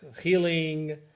healing